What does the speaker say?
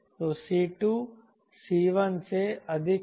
तो c2 c1 से अधिक है